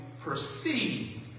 perceive